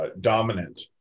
dominant